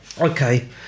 okay